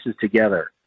together